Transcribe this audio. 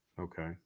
Okay